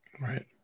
Right